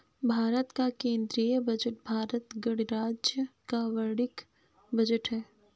भारत का केंद्रीय बजट भारत गणराज्य का वार्षिक बजट है